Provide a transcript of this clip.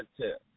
tip